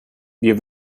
wir